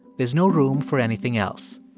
there's no room for anything else.